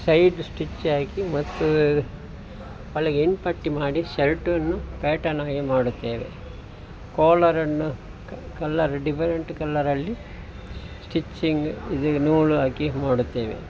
side stitch ಹಾಕಿ ಮತ್ತು ಒಳಗೆ ಎನ್ ಪಟ್ಟಿ ಮಾಡಿ ಶರ್ಟನ್ನು ಪ್ಯಾಟರ್ನಾಗಿ ಮಾಡುತ್ತೇವೆ ಕಾಲರನ್ನು ಕಲರ್ ಡಿಫರೆಂಟ್ ಕಲರಲ್ಲಿ ಸ್ಟಿಚ್ಚಿಂಗು ಇದು ನೂಲು ಹಾಕಿ ಮಾಡುತ್ತೇವೆ